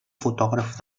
fotògraf